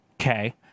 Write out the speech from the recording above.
Okay